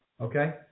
Okay